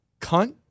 Cunt